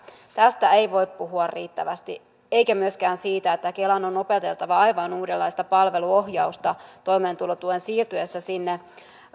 tästä ei voi puhua riittävästi eikä myöskään siitä että kelan on opeteltava aivan uudenlaista palveluohjausta toimeentulotuen siirtyessä sinne